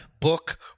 book